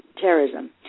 terrorism